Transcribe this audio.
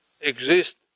exist